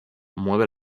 mueve